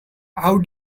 how